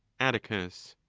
atticus.